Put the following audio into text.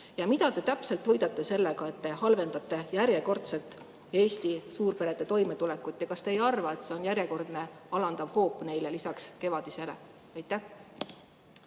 Mida te täpselt võidate sellega, et te halvendate järjekordselt Eesti suurperede toimetulekut? Kas te ei arva, et see on neile järjekordne alandav hoop lisaks kevadisele?